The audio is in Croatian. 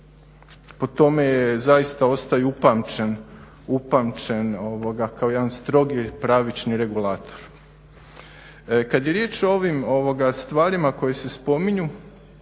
Po tome je zaista ostao i upamćen, kao jedan strogi pravični regulator. Kad je riječ o ovim stvarima koje se spominju,